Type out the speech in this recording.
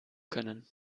können